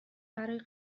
برای